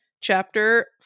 chapter